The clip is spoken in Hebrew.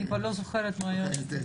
אני כבר לא זוכרת מה היה שם.